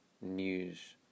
news